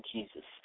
Jesus